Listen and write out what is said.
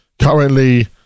Currently